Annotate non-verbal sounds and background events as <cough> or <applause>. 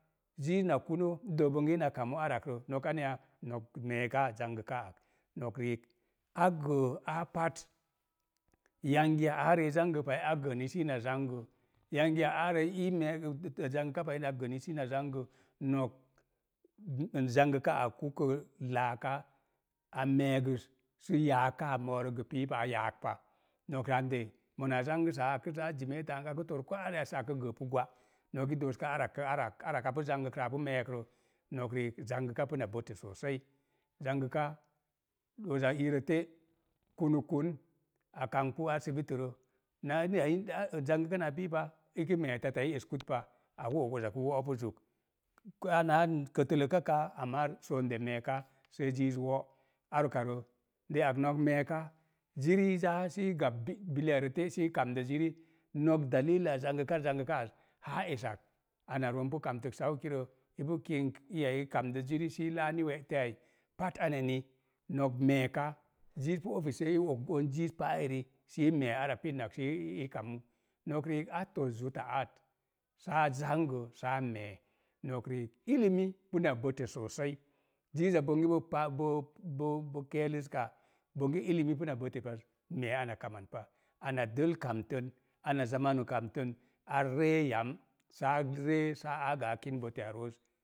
Ziiz na kuno, i dook bonge ina kamu arakrə, nok aneya, nok meeka zangəkaa ak. Nok riik, a gəə aa pat, yangi ya aara i zangə pa ai, a gəni sii na zangə, yangi ya aarə i ii mee <hesitation> zangə pai a gəni sii na zangə, nok zangəkaa ak ukə laaka a meegəs sə yaakaa moorək gə piipa a yaak pa, nok <unintelligible> monaa zangəsaa akə zaa jimeta an akə tor koo araya saa kə gəəpu gwa, nok i dooska arak rə arak apu zangəkə apu meek rə. Nok riik zangəka puna, <unintelligible> zangəka oza iirə te’ kunukkun, a kangbu ar sibiti rə naa <hesitation> zangə ka naa piipa, ikə mee teta i eskut pa, akə og oza kə wóopu zuk. <hesitation> ana an kətələka kaa, amaa <unintelligible> meeka, sei ziiz wo', ar ukarə. Ri'ak nok meeka, zirii zaa sii gab <hesitation> bilee ai rə te’ sii kamdə ziri nok <unintelligible> zangəka zangəkaa az haa esak, anaroon pu kamtək <unintelligible> i pu kink iya i kamdə ziri sii laani we'te ai pat aneni nok meeka. Ziiz pu ofisso i ogon ziiz paa eri haa i mee ara pinnak sii kamu-nok riik, a tos zutta aat saa zangə saa mee. Nok riik, <unintelligible> sosai, ziiza bonge, <hesitation> <unintelligible> mee ana kaman pa. Ana dəl kamtən, ana zamanu kamtən, a ree yam saa ree se a gə